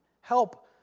help